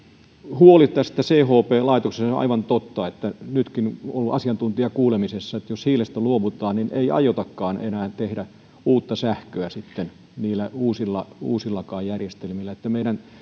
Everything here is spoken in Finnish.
huoli tästä chp laitoksesta on aivan totta että nytkin on ollut asiantuntijakuulemisessa että jos hiilestä luovutaan niin ei aiotakaan enää tehdä uutta sähköä sitten niillä uusillakaan järjestelmillä meidän